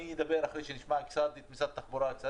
אני אדבר אחרי שנשמע את החברות ואת משרד החברות.